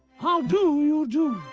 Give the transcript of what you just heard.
how do you do?